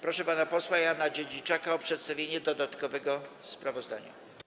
Proszę pana posła Jana Dziedziczaka o przedstawienie dodatkowego sprawozdania.